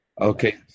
Okay